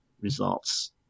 results